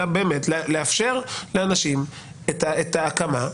אלא באמת לאפשר לאנשים את ההקמה.